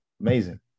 amazing